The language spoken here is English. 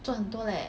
赚很多 leh